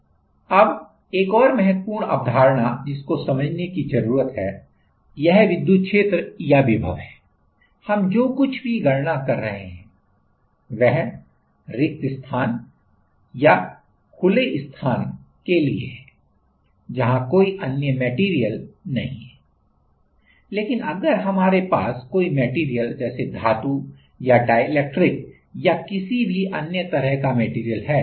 अब एक और महत्वपूर्ण अवधारणा जिसको समझने की जरूरत है यह विद्युत क्षेत्र या विभव है हम जो कुछ भी गणना कर रहे हैं वह open space या रिक्त स्थान के लिए है जहां कोई अन्य मैटीरियल नहीं है लेकिन अगर हमारे पास कोई मैटीरियल जैसे धातु या डाईइलेक्ट्रिक या किसी भी अन्य तरह का मैटीरियल है